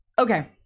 Okay